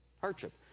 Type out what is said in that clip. Hardship